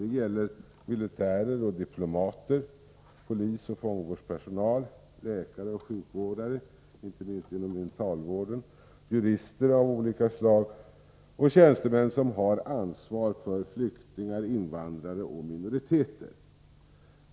Det gäller militärer och diplomater, polisoch fångvårdspersonal, läkare och sjukvårdare inte minst inom mentalvården, jurister av olika slag och tjänstemän som har ansvar för flyktingar, invandrare och minoriteter.